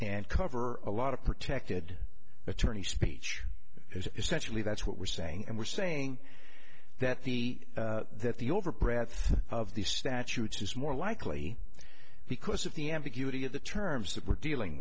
and cover a lot of protected attorney speech is essentially that's what we're saying and we're saying that the that the over breadth of these statutes is more likely because of the ambiguity of the terms that we're dealing